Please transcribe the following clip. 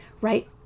right